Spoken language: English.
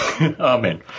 Amen